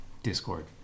Discord